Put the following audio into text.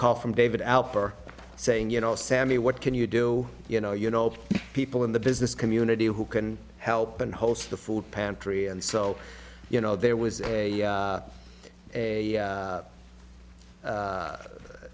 call from david out for saying you know sammy what can you do you know you know people in the business community who can help and host the food pantry and so you know there was a